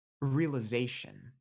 realization